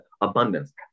abundance